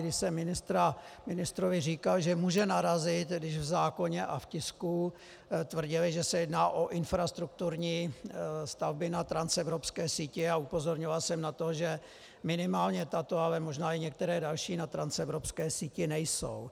Když jsem ministrovi říkal, že může narazit, když v zákoně a v tisku tvrdili, že se jedná o infrastrukturní stavby na transevropské síti, a upozorňoval jsem na to, že minimálně tato, ale možná i některé další na transevropské síti nejsou.